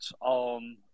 on